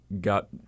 got